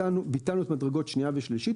ביטלנו את מדרגות שנייה ושלישית,